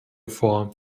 vor